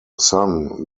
son